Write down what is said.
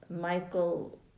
Michael